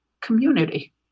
community